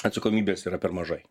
atsakomybės yra per mažai